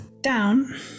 Down